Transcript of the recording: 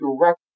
direct